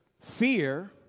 Fear